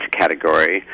category